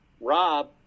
Rob